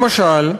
למשל,